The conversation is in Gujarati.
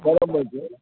બરોબર છે